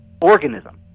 organism